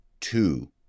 two